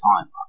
time